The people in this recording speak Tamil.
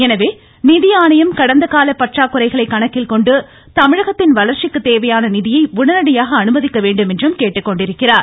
எனவே நிதி ஆணையம் கடந்த கால பற்றாக்குறைகளை கணக்கில் கொண்டு தமிழகத்தின் வளர்ச்சிக்கு தேவையான நிதியை உடனடியாக அனுமதிக்க வேண்டும் என்றும் கேட்டுக்கொண்டிருக்கிறார்